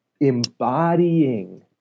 embodying